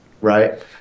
Right